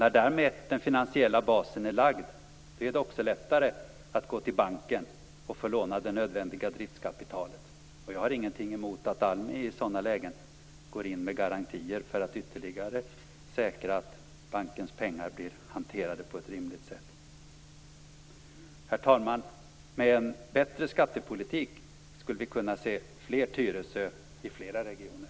När därmed den finansiella basen är lagd blir det också lättare att gå till banken och få låna det nödvändiga driftskapitalet. Jag har ingenting emot att ALMI i sådana lägen går in med garantier för att ytterligare säkra att bankens pengar blir hanterade på ett rimligt sätt. Herr talman! Med en bättre skattepolitik skulle vi kunna se flera Tyresö i flera regioner.